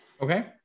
Okay